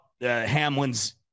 Hamlin's